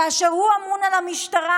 כאשר הוא אמון על המשטרה,